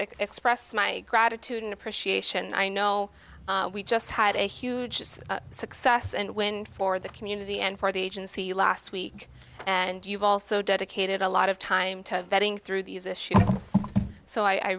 express my gratitude and appreciation i know we just had a huge success and win for the community and for the agency last week and you've also dedicated a lot of time to vetting through these issues so i